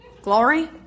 Glory